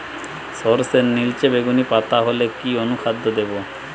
সরর্ষের নিলচে বেগুনি পাতা হলে কি অনুখাদ্য দেবো?